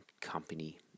company